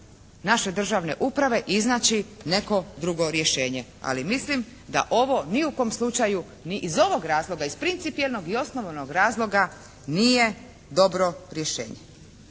naše državne uprave i iznaći neko drugo rješenje. Ali mislim da ovo ni u kom slučaju ni iz ovog razloga, iz principijelnog i osnovanog razloga nije dobro rješenje.